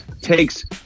takes